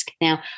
Now